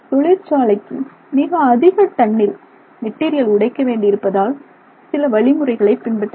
தொழிற்சாலைக்கு மிக அதிக டன்னில் மெட்டீரியல் உடைக்க வேண்டி இருப்பதால் சில வழிமுறைகளை பின்பற்ற வேண்டும்